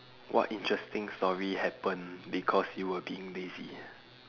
what interesting story happened because you were being lazy